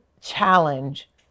challenge